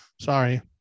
Sorry